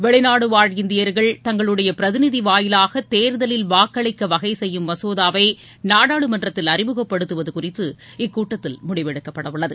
வெளிநாட்டுவாழ் இந்தியர்கள் தங்களுடைய பிரதிநிதி வாயிலாக தேர்தலில் வாக்களிக்க வகைசெய்யும் மசோதாவை நாடாளுமன்றத்தில் அறிமுகப்படுத்துவது குறித்து இக்கூட்டத்தில் முடிவெடுக்கப்பட உள்ளது